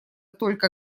только